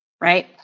right